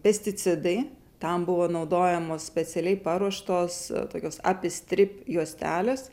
pesticidai tam buvo naudojamos specialiai paruoštos tokios apistrip juostelės